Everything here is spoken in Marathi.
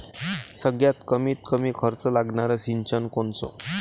सगळ्यात कमीत कमी खर्च लागनारं सिंचन कोनचं?